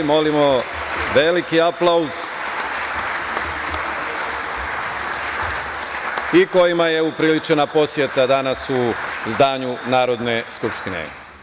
Molimo veliki aplauz i kojima je upriličena poseta danas u zdanju Narodne skupštine.